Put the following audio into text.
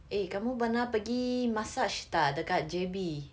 eh kamu pernah pergi massage tak dekat J_B